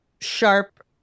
sharp